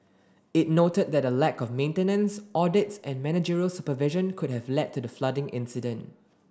it noted that a lack of maintenance audits and managerial supervision could have led to the flooding incident